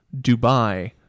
Dubai